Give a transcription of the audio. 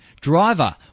Driver